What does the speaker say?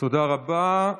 תודה רבה.